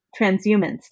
transhumans